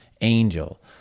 Angel